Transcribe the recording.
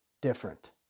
different